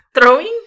Throwing